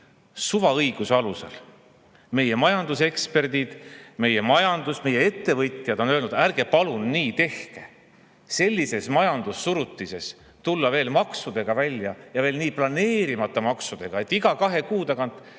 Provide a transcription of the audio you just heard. suvaõiguse alusel. Meie majanduseksperdid, meie ettevõtjad on öelnud: ärge palun nii tehke! Sellises majandussurutises tullakse [uute] maksudega välja, ja veel nii planeerimata maksudega, et iga kahe kuu tagant